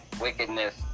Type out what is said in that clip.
wickedness